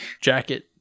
Jacket